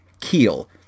Keel